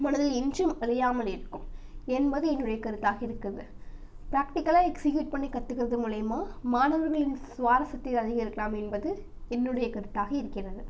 மனதில் என்றும் அழியாமல் இருக்கும் என்பது என்னுடைய கருத்தாக இருக்குது ப்ராக்டிக்கலாக எக்ஸ்க்யூட் பண்ணி கத்துக்கிறது மூலயமா மாணவர்களின் சுவாரஸ்யத்தை அதிகரிக்கலாம் என்பது எ ன்னுடைய கருத்தாக இருக்கிறது